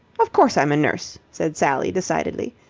of course i'm a nurse, said sally decidedly.